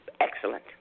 Excellent